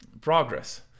progress